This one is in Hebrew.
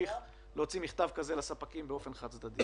זה נראה לי קצת מביך להוציא מכתב כזה לספקים באופן חד-צדדי.